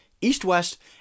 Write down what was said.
east-west